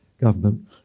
government